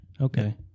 Okay